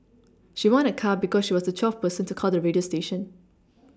she won a car because she was the twelfth person to call the radio station